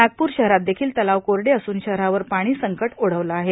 नागपूर शहरात देखिल तलाव कोरडे असून शहरावर पाणीसंकट ओढावलं आहे